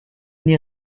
n’y